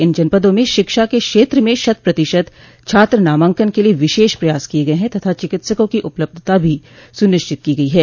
इन जनपदों में शिक्षा के क्षेत्र में शत प्रतिशत छात्र नामांकन के लिए विशष प्रयास किये गये हैं तथा चिकित्सकों की उपलब्धता भी सुनिश्चित की गयी है